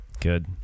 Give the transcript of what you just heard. Good